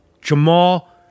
Jamal